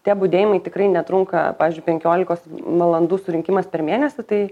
tie budėjimai tikrai netrunka pavyzdžiui penkiolikos valandų surinkimas per mėnesį tai